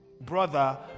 brother